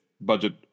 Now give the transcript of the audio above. budget